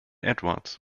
edwards